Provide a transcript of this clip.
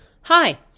Hi